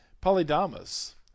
Polydamas